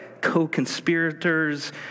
co-conspirators